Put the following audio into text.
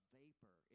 vapor